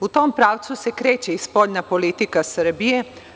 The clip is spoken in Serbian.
U tom pravcu se kreće i spoljna politika Srbije.